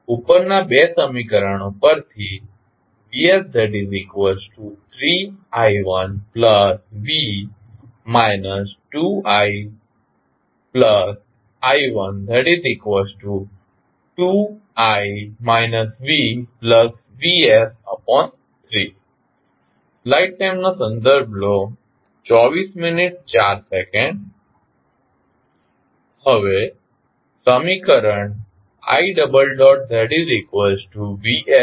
ઉપરના 2 સમીકરણો પરથી vs3i1v 2i→i12i vvs3 હવે સમીકરણ ivs i1માં i1 ની વેલ્યુ મૂકીએ